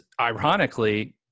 ironically